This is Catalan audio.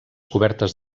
cobertes